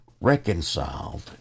reconciled